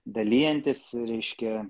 dalijantis reiškia